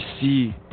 see